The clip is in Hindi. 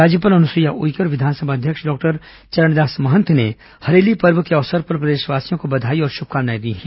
राज्यपाल अनुसुईया उइके और विधानसभा अध्यक्ष डॉक्टर चरणदास मंहत ने हरेली पर्व के अवसर पर प्रदेशवासियों को बधाई एवं शुभकामनाएं दी हैं